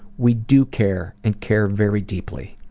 we do care and care very deeply.